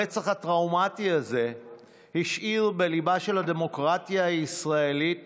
הרצח הטראומטי הזה השאיר בליבה של הדמוקרטיה הישראלית